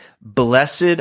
blessed